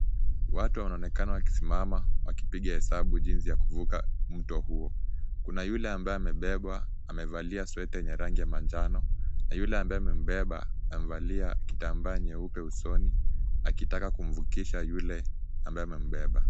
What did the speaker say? Watu wanaonekana wakismama, wakipiga hesabu jinsi ya kuvuka mto huo, kuna yule ambaye amebebwa, amevalia (cs)sweater(cs) yenye rangi ya manjano, na yule ambaye amembeba amevalia kitambaa nyeupe usoni, akitaka kumvukisha yule, ambae amembeba.